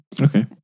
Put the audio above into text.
Okay